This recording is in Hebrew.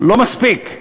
לא מספיק.